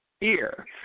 ear